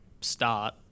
start